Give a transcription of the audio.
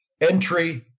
entry